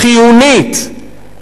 חיונית,